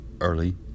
early